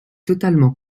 totalement